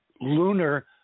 lunar